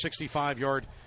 65-yard